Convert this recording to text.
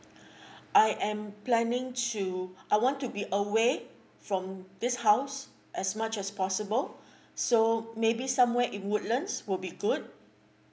I am planning to I want to be away from this house as much as possible so maybe somewhere in woodlands will be good